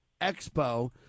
Expo